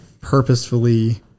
purposefully